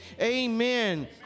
amen